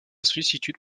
sollicitude